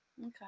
okay